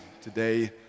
today